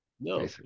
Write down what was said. No